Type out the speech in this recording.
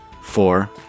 four